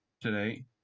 today